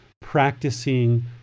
practicing